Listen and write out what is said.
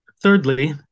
Thirdly